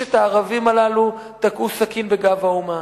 ששת הערבים הללו תקעו סכין בגב האומה.